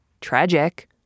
Tragic